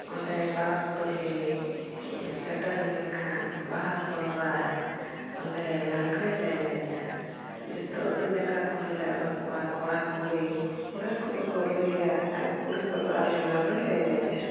ᱚᱸᱰᱮ ᱯᱟᱨᱟᱵᱽ ᱯᱟᱹᱞᱤ ᱥᱮᱴᱮᱨ ᱞᱮᱱᱠᱷᱟᱱ ᱵᱟᱦᱟ ᱥᱚᱦᱨᱟᱭ ᱚᱸᱰᱮ ᱞᱟᱜᱽᱲᱮ ᱞᱮ ᱮᱱᱮᱡᱼᱟ ᱡᱚᱛᱚ ᱟᱹᱛᱩ ᱡᱟᱠᱟᱛ ᱦᱚᱲᱞᱮ ᱚᱰᱚᱠᱚᱜᱼᱟ ᱠᱚᱲᱟ ᱠᱩᱲᱤ ᱠᱚᱲᱟ ᱠᱚᱫᱚ ᱠᱚ ᱨᱩᱭᱟ ᱟᱨ ᱠᱩᱲᱤ ᱠᱚᱫᱚ ᱟᱞᱮ ᱞᱟᱜᱽᱲᱮ ᱞᱮ ᱮᱱᱮᱡᱼᱟ